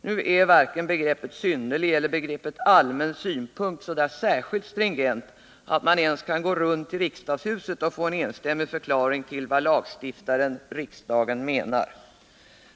Nu är varken begreppet synnerlig eller begreppet allmän synpunkt så där särskilt stringent att man ens kan gå runt i riksdagshuset och få en enstämmig förklaring till vad lagstiftaren, riksdagen, menar.